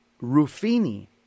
ruffini